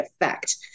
effect